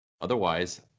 Otherwise